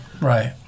Right